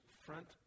front